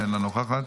אינו נוכח,